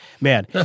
man